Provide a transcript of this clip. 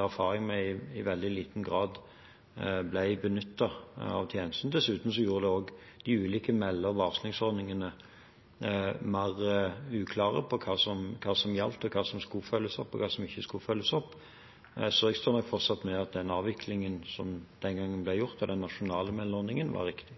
erfaringer med i veldig liten grad ble benyttet av tjenestene. Dessuten gjorde de ulike melde- og varslingsordningene at det var mer uklart hva som gjaldt, hva som skulle følges opp, og hva som ikke skulle følges opp. Så jeg står nok fortsatt ved at den avviklingen som den gangen ble gjort av den nasjonale meldeordningen, var riktig.